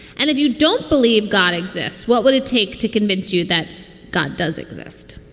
and if you don't believe god exists, what would it take to convince you that god does exist?